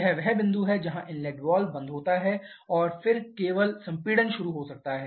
यह वह बिंदु है जहां इनलेट वाल्व बंद हो जाता है और फिर केवल संपीड़न शुरू हो सकता है